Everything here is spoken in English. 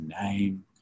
name